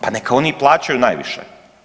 Pa neka oni i plaćaju najviše.